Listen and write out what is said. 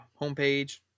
homepage